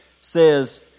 says